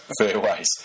fairways